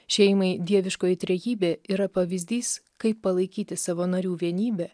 šeimai dieviškoji trejybė yra pavyzdys kaip palaikyti savo narių vienybę